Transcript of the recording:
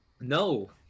No